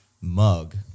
mug